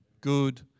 good